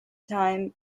time